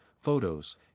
photos